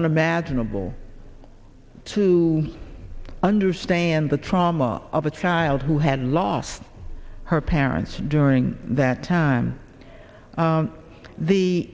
unimaginable to understand the trauma of a child who had lost her parents during that time the